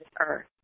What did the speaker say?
earth